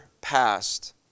passed